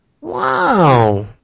Wow